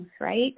right